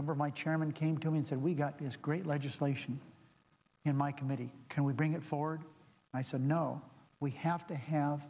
number my chairman came to me and said we got this great legislation in my committee can we bring it forward and i said no we have to have